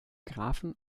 graphen